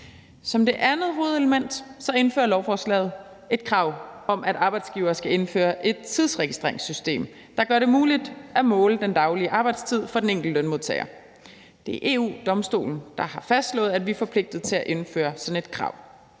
Som det andet hovedelement indfører lovforslaget et krav om, at arbejdsgivere skal indføre et tidsregistreringssystem, der gør det muligt at måle den daglige arbejdstid for den enkelte lønmodtager. Det er EU-Domstolen, der har fastslået, at vi er forpligtet til at indføre sådan et krav.